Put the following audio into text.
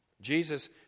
Jesus